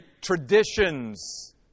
traditions